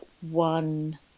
one